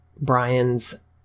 brian's